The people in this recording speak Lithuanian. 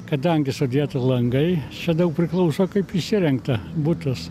kadangi sudėti langai čia daug priklauso kaip įsirengta butas